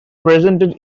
presented